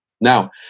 Now